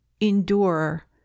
endure